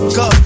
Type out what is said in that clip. go